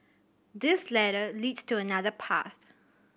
this ladder leads to another path